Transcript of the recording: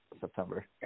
September